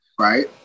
right